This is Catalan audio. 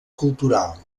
cultural